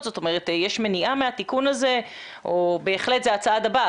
יש מניעה מהתיקון הזה או בהחלט זה הצעד הבא,